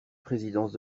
présidence